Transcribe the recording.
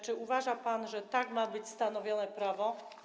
Czy uważa pan, że tak ma być stanowione prawo?